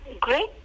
great